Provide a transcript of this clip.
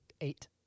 eight